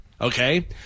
Okay